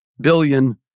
billion